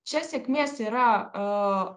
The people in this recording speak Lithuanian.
čia sėkmės yra e